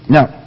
Now